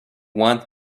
want